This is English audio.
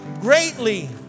greatly